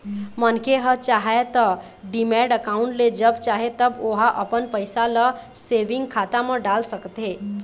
मनखे ह चाहय त डीमैट अकाउंड ले जब चाहे तब ओहा अपन पइसा ल सेंविग खाता म डाल सकथे